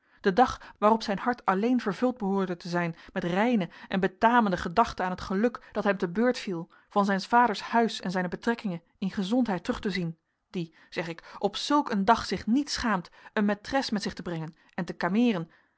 den dag waarop zijn hart alleen vervuld behoorde te zijn met reine en betamende gedachten aan het geluk dat hem te beurt viel van zijns vaders huis en zijne betrekkingen in gezondheid terug te zien die zeg ik op zulk een dag zich niet schaamt een maitres met zich te brengen en te